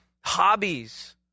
hobbies